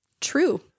True